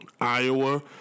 Iowa